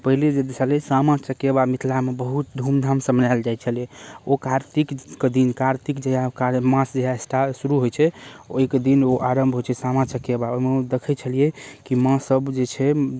पहिले जे छलै सामा चकेबा मिथिलामे बहुत धूमधामसँ मनायेल जाइत छलै ओ कार्तिकके दिन कार्तिक जहिआ मास जहिआ स्टार्ट शुरू होइत छै ओहिके दिन ओ आरम्भ होइत छै सामा चकेबा ओहिमे देखैत छलियै कि माँ सब जे छै